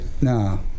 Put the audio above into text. No